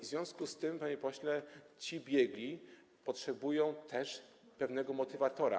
W związku z tym, panie pośle, ci biegli potrzebują też pewnego motywatora.